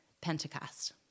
Pentecost